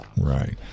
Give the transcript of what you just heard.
right